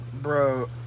bro